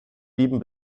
blieben